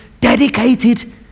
dedicated